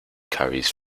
carries